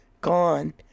gone